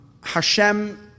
Hashem